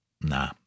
Nah